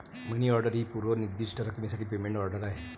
मनी order ही पूर्व निर्दिष्ट रकमेसाठी पेमेंट ऑर्डर आहे